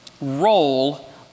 role